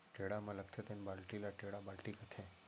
टेड़ा म लगथे तेन बाल्टी ल टेंड़ा बाल्टी कथें